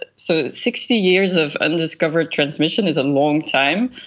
but so sixty years of undiscovered transmission is a long time,